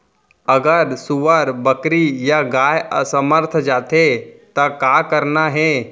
अगर सुअर, बकरी या गाय असमर्थ जाथे ता का करना हे?